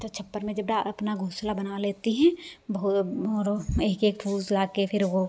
तो छप्पर में जब अपना घोंसला बना लेती हैं बहुत भोरों एक एक फूस लाके फिर वो